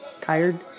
tired